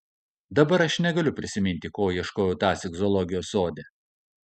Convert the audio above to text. dabar aš negaliu prisiminti ko ieškojau tąsyk zoologijos sode